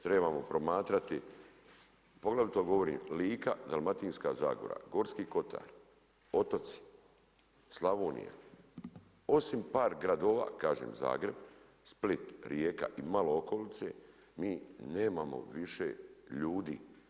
Trebamo promatrati, poglavito govorim Lika, Dalmatinska zagora, Gorski kotar, otoci, Slavonija, osim par gradova kažem Zagreb, Split, Rijeka i malo okolice mi nemamo više ljudi.